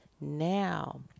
now